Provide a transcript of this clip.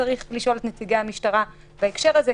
צריך לשאול את נציגי המשטרה על העניין הזה,